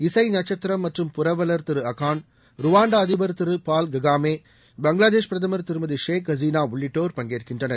இசை நட்சத்திரம் மற்றும் புரவலர் அகான் ருவான்டா அதிபர் பால் காகாமே பங்களாதேஷ் பிரதமர் திருமதி ஷேக் ஹசினா உள்ளிட்டோர் பங்கேற்கின்றனர்